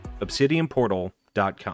obsidianportal.com